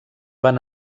van